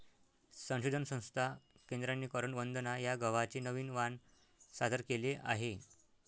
संशोधन संस्था केंद्राने करण वंदना या गव्हाचे नवीन वाण सादर केले आहे